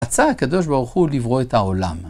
רצה הקדוש ברוך הוא לברוא את העולם.